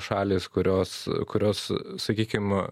šalys kurios kurios sakykim